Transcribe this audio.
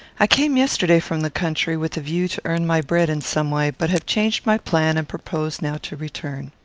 i came yesterday from the country, with a view to earn my bread in some way, but have changed my plan and propose now to return.